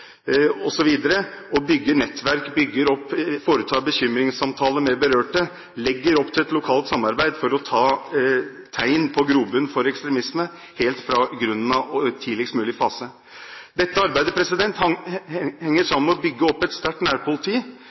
berørte og legger opp til et lokalt samarbeid for å ta tegn på grobunn for ekstremisme helt fra grunnen av og i tidligst mulig fase. Dette arbeidet henger sammen med å bygge opp et sterkt nærpoliti,